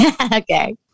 Okay